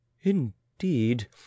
indeed